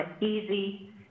easy